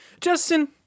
Justin